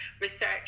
research